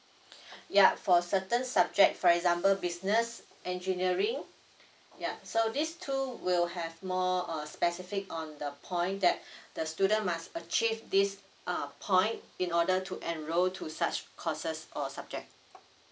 ya for certain subject for example business engineering ya so these two will have more uh specific on the point that the student must achieve this uh point in order to enroll to such courses or subject